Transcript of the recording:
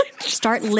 Start